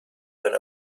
than